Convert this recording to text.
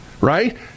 right